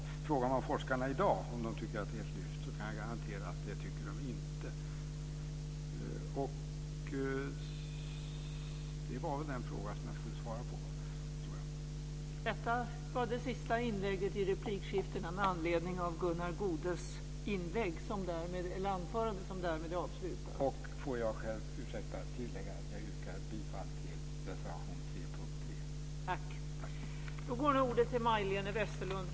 Om man frågar forskarna i dag om de tycker att det är ett lyft kan jag garantera att de skulle svara att de inte tycker det. Det var väl den fråga som jag skulle svara på, tror jag.